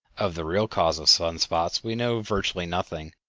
of the real cause of sun-spots we know virtually nothing,